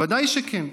ודאי שכן.